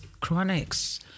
Chronics